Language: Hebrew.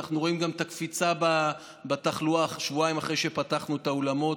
ואנחנו רואים גם את הקפיצה בתחלואה שבועיים אחרי שפתחנו את האולמות,